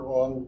on